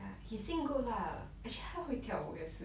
ya he sing good lah actually 他会跳舞也是